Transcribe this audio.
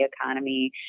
economy